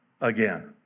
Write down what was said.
again